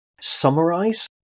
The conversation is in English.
Summarize